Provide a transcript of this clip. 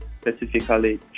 specifically